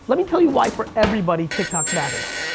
let me tell you why for everybody, tiktok matters.